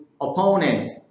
opponent